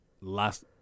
last